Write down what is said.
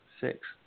six